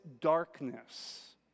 darkness